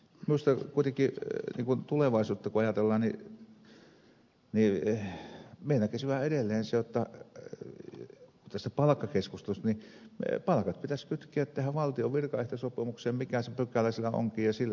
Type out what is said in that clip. minusta kuitenkin tulevaisuutta kun ajatellaan niin minä näkisin yhä edelleen sen tästä palkkakeskustelusta jotta palkat pitäisi kytkeä tähän valtion virkaehtosopimukseen mikä pykälä siellä onkin ja sillä sipuli